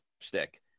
stick